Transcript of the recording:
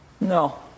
no